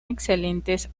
excelentes